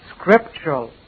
scriptural